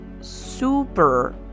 super